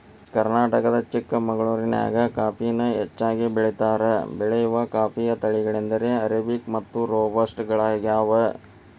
ಕರ್ನಾಟಕದ ಚಿಕ್ಕಮಗಳೂರಿನ್ಯಾಗ ಕಾಫಿನ ಹೆಚ್ಚಾಗಿ ಬೆಳೇತಾರ, ಬೆಳೆಯುವ ಕಾಫಿಯ ತಳಿಗಳೆಂದರೆ ಅರೇಬಿಕ್ ಮತ್ತು ರೋಬಸ್ಟ ಗಳಗ್ಯಾವ